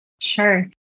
Sure